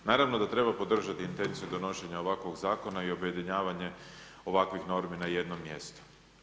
Naravno da treba podržati intenciju donošenja ovakvog zakona i objedinjavanje ovakvih normi na jednom mjestu.